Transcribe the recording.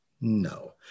No